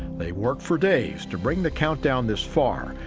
they've worked for days to bring the countdown this far,